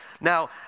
Now